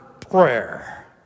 prayer